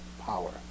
power